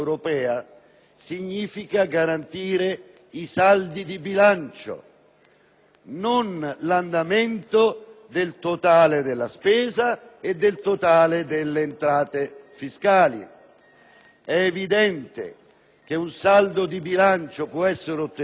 non l'andamento del totale della spesa e del totale delle entrate fiscali. È evidente che un saldo di bilancio può essere ottenuto aumentando la spesa e il prelievo fiscale.